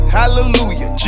hallelujah